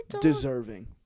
deserving